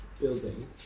building